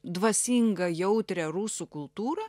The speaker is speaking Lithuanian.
dvasingą jautrią rusų kultūrą